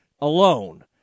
alone